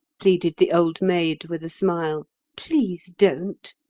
pleaded the old maid, with a smile please don't.